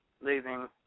leaving